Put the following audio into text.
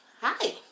Hi